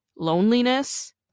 Loneliness